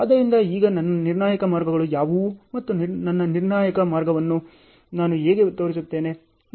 ಆದ್ದರಿಂದ ಈಗ ನನ್ನ ನಿರ್ಣಾಯಕ ಮಾರ್ಗಗಳು ಯಾವುವು ಮತ್ತು ನನ್ನ ನಿರ್ಣಾಯಕ ಮಾರ್ಗವನ್ನು ನಾನು ಹೇಗೆ ತೋರಿಸುತ್ತೇನೆ